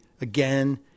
again